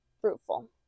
fruitful